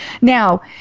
Now